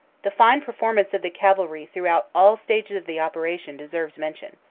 the fine performance of the cavalry throughout all stages of the operation deserves mention.